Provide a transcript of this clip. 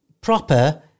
proper